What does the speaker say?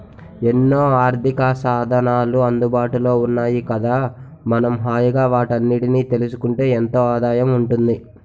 ఎన్నో ఆర్థికసాధనాలు అందుబాటులో ఉన్నాయి కదా మనం హాయిగా వాటన్నిటినీ తెలుసుకుంటే ఎంతో ఆదాయం ఉంటుంది